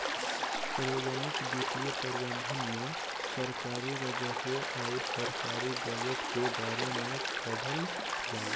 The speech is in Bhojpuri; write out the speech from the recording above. सार्वजनिक वित्तीय प्रबंधन में सरकारी राजस्व अउर सरकारी बजट के बारे में पढ़ल जाला